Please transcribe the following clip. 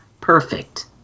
perfect